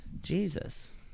Jesus